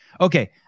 okay